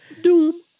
doom